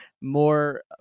more